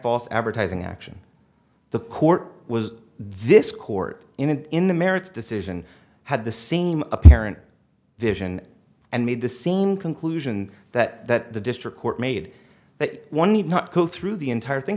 false advertising action the court was this court in the merits decision had the same apparent vision and made the same conclusion that the district court made that one need not go through the entire thing